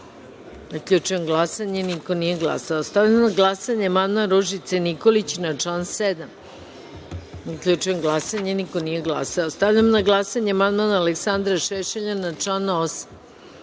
7.Zaključujem glasanje: niko nije glasao. Stavljam na glasanje amandman Marine Ristić na član 8.Zaključujem glasanje: niko nije glasao. Stavljam na glasanje amandman Aleksandra Šešelja na član